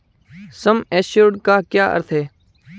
सम assured का क्या अर्थ है?